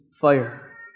fire